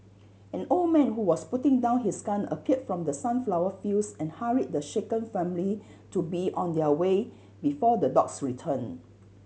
an old man who was putting down his gun appeared from the sunflower fields and hurried the shaken family to be on their way before the dogs return